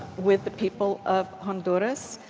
with the people of honduras,